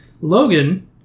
Logan